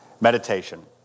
Meditation